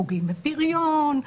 פוגעים בפריון,